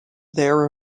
their